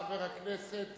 חבר הכנסת